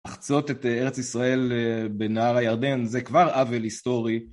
לחצות את ארץ ישראל בנהר הירדן זה כבר עוול היסטורי